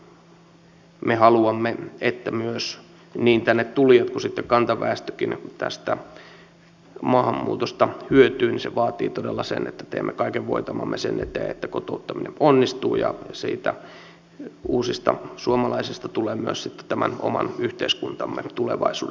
jos me haluamme että niin tänne tulijat kuin sitten kantaväestökin tästä maahanmuutosta hyötyvät niin se vaatii todella sen että teemme kaiken voitavamme sen eteen että kotouttaminen onnistuu ja uusista suomalaisista tulee myös sitten tämän oman yhteiskuntamme tulevaisuuden rakentajia